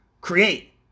create